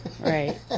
right